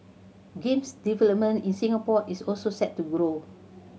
games development in Singapore is also set to grow